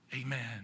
Amen